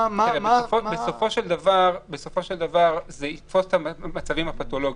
בסופו של דבר זה יתפוס את המצבים הפתולוגיים.